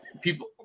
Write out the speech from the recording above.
people